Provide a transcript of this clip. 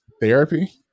therapy